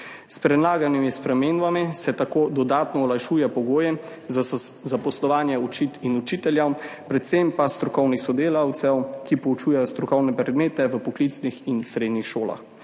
S predlaganimi spremembami se tako dodatno olajšuje pogoje za zaposlovanje učit in učiteljev, predvsem pa strokovnih sodelavcev, ki poučujejo strokovne predmete v poklicnih in srednjih šolah.